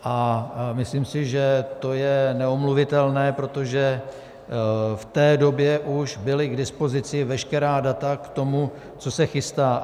A myslím si, že to je neomluvitelné, protože v té době už byla k dispozici veškerá data k tomu, co se chystá.